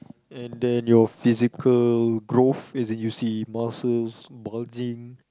and then your physical growth as in you see muscles bulging